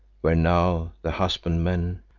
where now the husbandmen,